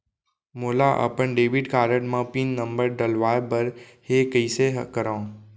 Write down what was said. मोला अपन debit card म पिन नंबर डलवाय बर हे कइसे करव?